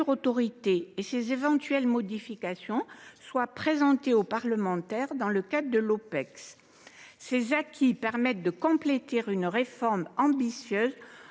autorité et ses éventuelles modifications soient présentés aux parlementaires dans le cadre de l’Opecst. Ces acquis permettent de compléter une réforme ambitieuse